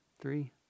three